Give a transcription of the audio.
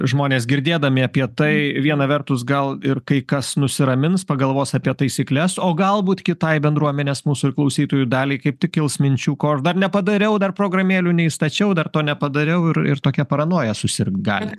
žmonės girdėdami apie tai viena vertus gal ir kai kas nusiramins pagalvos apie taisykles o galbūt kitai bendruomenės mūsų klausytojų daliai kaip tik kils minčių ko aš dar nepadariau dar programėlių neįstačiau dar to nepadariau ir ir tokia paranoja susirgt gali